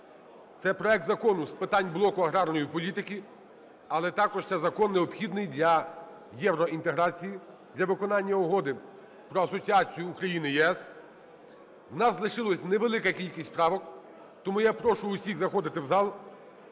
Це проект закону з питань блоку аграрної політики, але також це закон необхідний для євроінтеграції, для виконання Угоди про асоціацію України - ЄС. У нас залишилась невелика кількість правок, тому я прошу всіх заходити в зал.